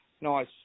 nice